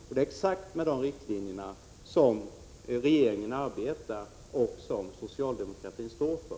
Det är exakt de riktlinjerna som regeringen arbetar med och som socialdemokratin står för.